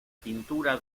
pintura